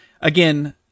Again